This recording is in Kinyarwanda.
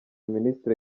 ministre